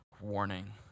warning